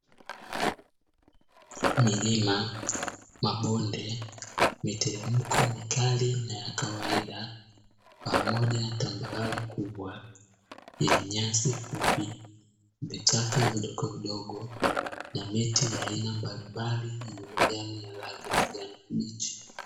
Milima, mabonde, miteremko mikali na yakawaida pamoja na tambarare kubwa yenye nyasi fupi, vichaka vidogo vidogo na miti ya aina mbalimbali ya rangi ya kijani kibichi.